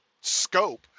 scope